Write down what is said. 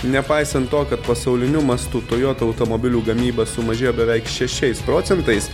nepaisant to kad pasauliniu mastu toyota automobilių gamyba sumažėjo beveik šešiais procentais